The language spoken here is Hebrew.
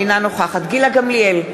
אינה נוכחת גילה גמליאל,